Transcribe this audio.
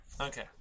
okay